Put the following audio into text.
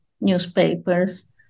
newspapers